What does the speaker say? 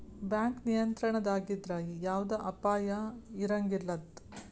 bank ನಿಯಂತ್ರಣದಾಗಿದ್ರ ಯವ್ದ ಅಪಾಯಾ ಇರಂಗಿಲಂತ್